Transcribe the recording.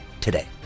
today